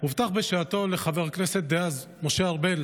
הובטח בשעתו לחבר הכנסת דאז משה ארבל,